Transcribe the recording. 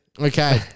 Okay